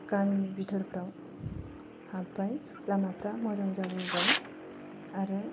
गामि बिथोरफ्राव हाब्बाय लामाफ्रा मोजां जाबोबाय आरो